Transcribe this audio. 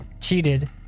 cheated